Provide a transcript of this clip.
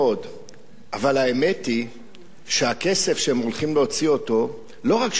אבל האמת היא שהכסף שהם הולכים להוציא לא רק שלא מושקע בארץ,